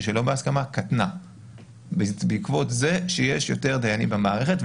שלא בהסכמה קטנה בעקבות זה שיש יותר דיינים במערכת,